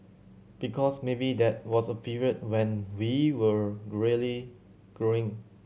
because maybe that was a period when we were really growing